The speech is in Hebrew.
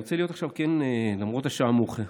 אני רוצה להיות, כן, למרות השעה המאוחרת,